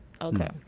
Okay